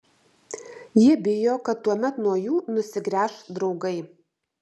jie bijo kad tuomet nuo jų nusigręš draugai